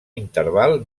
interval